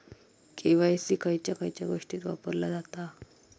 KYC खयच्या खयच्या गोष्टीत वापरला जाता?